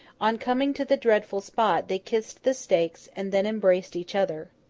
on coming to the dreadful spot, they kissed the stakes, and then embraced each other.